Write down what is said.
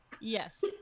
Yes